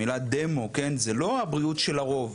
המילה דמו זה לא הבריאות של הרוב,